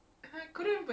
mmhmm